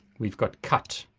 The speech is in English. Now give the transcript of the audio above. we've got cut.